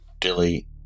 Dilly